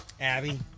Abby